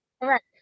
Correct